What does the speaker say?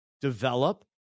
develop